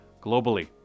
globally